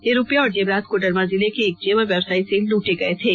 यह रुपया और जेवरात कोडरमा जिले के एक जेवर व्यवसायी से लूटे गए थे